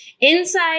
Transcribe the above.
Inside